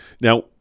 Now